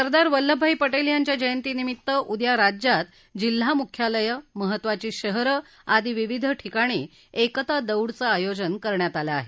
सरदार वल्लभभाई पटेल यांच्या जयंतीनिमित्त उद्या राज्यात जिल्हा मुख्यालये महत्वाची शहरे आदी विविध ठिकाणी एकता दौडचे आयोजन करण्यात आलं आहे